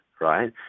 right